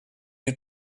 you